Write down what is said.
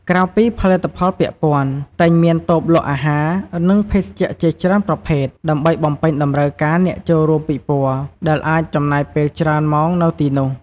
ក្រៅពីផលិតផលពាក់ព័ន្ធ តែងមានតូបលក់អាហារ និងភេសជ្ជៈជាច្រើនប្រភេទ ដើម្បីបំពេញតម្រូវការអ្នកចូលរួមពិព័រណ៍ ដែលអាចចំណាយពេលច្រើនម៉ោងនៅទីនោះ។